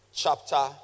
chapter